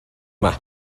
yma